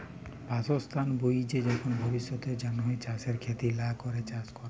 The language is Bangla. বাসস্থাল বুইঝে যখল ভবিষ্যতের জ্যনহে চাষের খ্যতি লা ক্যরে চাষ ক্যরা